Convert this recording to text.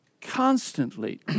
constantly